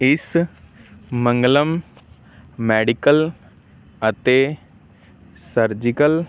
ਇਸ ਮੰਗਲਮ ਮੈਡੀਕਲ ਅਤੇ ਸਰਜੀਕਲ